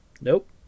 Nope